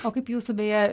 o kaip jūsų beje